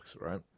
right